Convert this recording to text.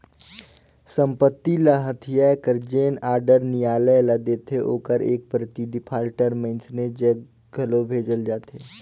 संपत्ति ल हथियाए कर जेन आडर नियालय ल देथे ओकर एक प्रति डिफाल्टर मइनसे जग घलो भेजल जाथे